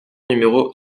numéro